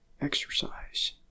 exercise